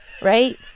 Right